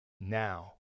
now